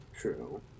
True